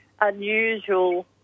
unusual